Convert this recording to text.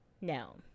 No